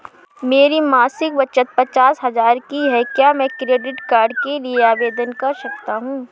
मेरी मासिक बचत पचास हजार की है क्या मैं क्रेडिट कार्ड के लिए आवेदन कर सकता हूँ?